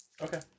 Okay